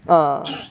ah